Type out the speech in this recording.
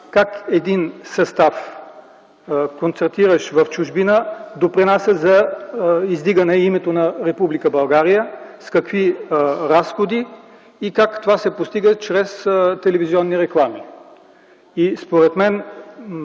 как един състав, концертиращ в чужбина, допринася за издигане името на Република България, с какви разходи и как това се постига чрез телевизионни реклами. Според мен